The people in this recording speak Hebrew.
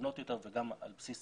חסונות יותר וגם על בסיס